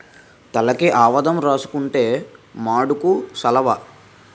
తలకి ఆవదం రాసుకుంతే మాడుకు సలవ